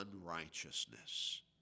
unrighteousness